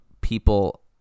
people